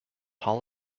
hall